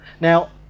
Now